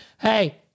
Hey